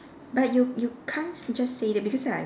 but you you can't just say that because I've a